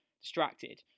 distracted